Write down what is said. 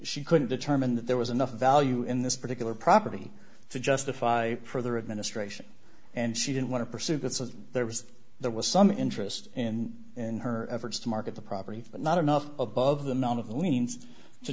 she couldn't determine that there was enough value in this particular property to justify further administration and she didn't want to pursue bits and there was there was some interest in in her efforts to market the property but not enough above the